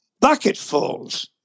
bucketfuls